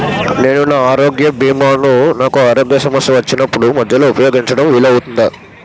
నేను నా ఆరోగ్య భీమా ను నాకు ఆరోగ్య సమస్య వచ్చినప్పుడు మధ్యలో ఉపయోగించడం వీలు అవుతుందా?